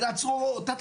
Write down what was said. אלא צרורות: טה,